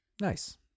Nice